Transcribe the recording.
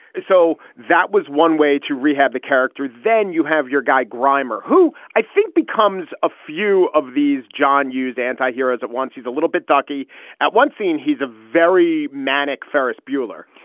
so that was one way to rehab the character. then you have your guy grimier, who i think becomes a few of these jon, use antiheroes at once. he's a little bit dorky at one scene. he's a very manic ferris bueller.